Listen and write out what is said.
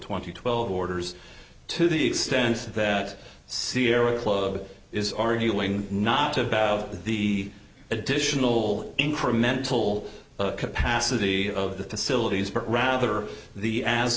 twenty twelve orders to the extent that sierra but is arguing not about the additional incremental capacity of the facilities per rather the as